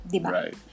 Right